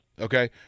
Okay